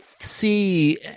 see